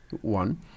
one